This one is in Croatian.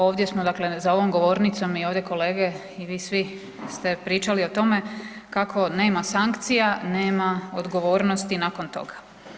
Ovdje smo dakle za ovom govornicom i ovdje kolege i vi svi ste pričali o tome kako nema sankcija, nema odgovornosti nakon toga.